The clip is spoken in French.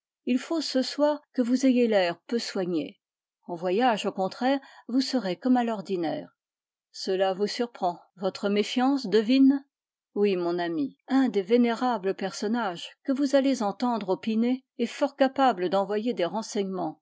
il faut ce soir que vous ayez l'air peu soigné en voyage au contraire vous serez comme à l'ordinaire cela vous surprend votre méfiance devine oui mon ami un des vénérables personnages que vous allez entendre opiner est fort capable d'envoyer des renseignements